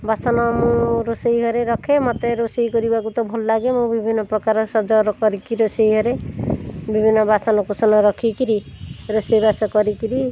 ବାସନ ମୁଁ ରୋଷେଇ ଘରେ ରଖେ ମୋତେ ରୋଷେଇ କରିବାକୁ ତ ଭଲଲାଗେ ମୁଁ ବିଭିନ୍ନପ୍ରକାର ସଜ କରିକି ରୋଷେଇ ଘରେ ବିଭିନ୍ନ ବାସନକୁସନ ରଖିକରି ରୋଷେଇବାସ କରିକିରି